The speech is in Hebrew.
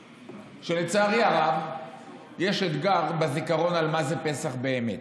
שלצערי הרב יש אתגר בזיכרון על מה זה פסח באמת.